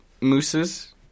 Mooses